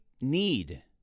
need